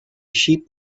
sheep